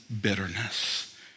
bitterness